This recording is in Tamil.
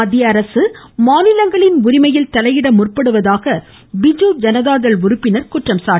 மத்திய அரசு மாநிலங்களின் உரிமையில் தலையிட முற்படுவதாக பிஜு தனதாதள் உறுப்பினர் குற்றம் சாட்டினார்